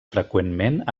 freqüentment